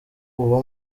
uwa